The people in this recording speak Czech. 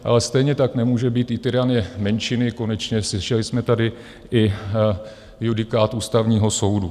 Ale stejně tak nemůže být i tyranie menšiny konečně slyšeli jsme tady i judikát Ústavního soudu.